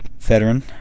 veteran